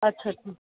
अच्छा अच्छा